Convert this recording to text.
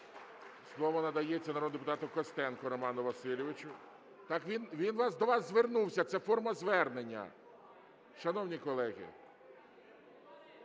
Слово надається народному депутату Костенку Роману Васильовичу. (Шум у залі) Так він до вас звернувся, це форма звернення. Шановні колеги,